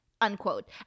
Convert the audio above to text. Unquote